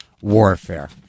warfare